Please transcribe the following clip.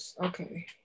Okay